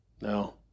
No